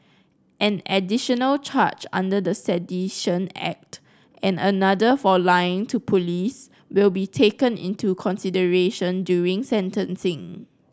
an additional charge under the Sedition Act and another for lying to police will be taken into consideration during sentencing